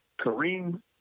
Kareem